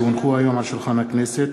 כי הונחו היום על שולחן הכנסת,